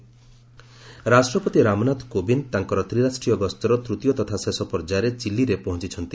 ପ୍ରେଜ୍ Chile visit ରାଷ୍ଟ୍ରପତି ରାମନାଥ କୋବିନ୍ଦ ତାଙ୍କର ତ୍ରିରାଷ୍ଟ୍ରୀୟ ଗସ୍ତର ତୃତୀୟ ତଥା ଶେଷ ପର୍ଯ୍ୟାୟରେ ଚିଲିରେ ପହଞ୍ଚଛନ୍ତି